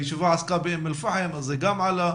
הישיבה עסקה באום אל-פחם ולכן גם זה עלה.